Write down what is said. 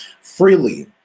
freely